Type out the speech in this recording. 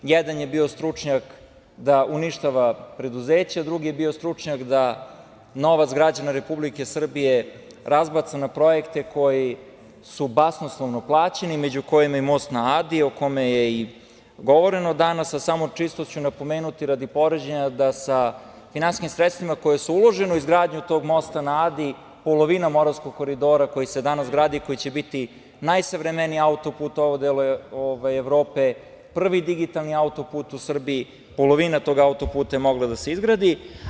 Jedan je bio stručnjak da uništava preduzeća, drugi je bio stručnjak da novac građana Republike Srbije razbaca na projekte koji su basnoslovno plaćeni među kojima je i most na Adi, o kome je i govoreno danas, a samo čisto ću napomenuti radi poređenja da sa finansijskim sredstvima koja su uložena u izgradnju tog mosta na Adi, polovina Moravskog koridora koji se danas gradi, koji će biti najsavremeniji autoput u ovom delu Evrope, prvi digitalni autoput u Srbiji, polovina tog autoputa je mogla da se izgradi.